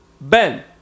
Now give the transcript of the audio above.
Ben